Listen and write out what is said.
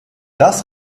das